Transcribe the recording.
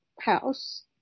House